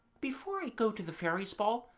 before i go to the fairies ball,